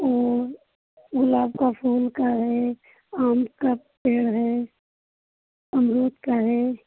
गुलाब का फूल का है आम का पेड़ है अमरुद का है